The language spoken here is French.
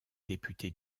députés